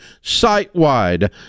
site-wide